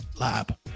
lab